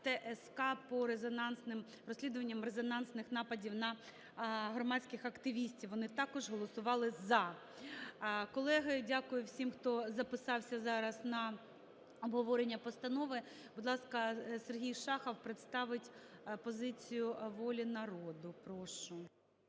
ТСК по розслідуванням резонансних нападів на громадських активістів, вони також голосували "за". Колеги, дякую всім, хто записався зараз на обговорення постанови. Будь ласка, Сергій Шахов представить позицію "Волі народу", прошу.